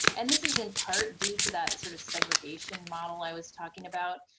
and this is in part due to that sort of segregation model i was talking about.